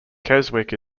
keswick